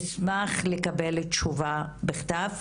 אשמח לקבל תשובה בכתב,